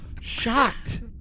shocked